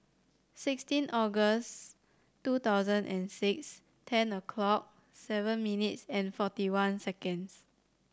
sixteen August two thousand and six ten o'clock seven minutes forty one seconds